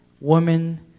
women